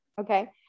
okay